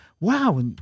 wow